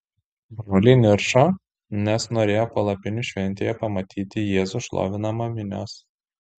broliai niršo nes norėjo palapinių šventėje matyti jėzų šlovinamą minios